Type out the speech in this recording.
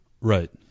right